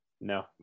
no